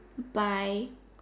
by